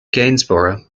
gainsborough